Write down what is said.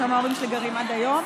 שם ההורים שלי גרים עד היום.